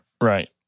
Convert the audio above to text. Right